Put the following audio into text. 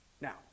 Now